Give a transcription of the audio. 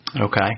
Okay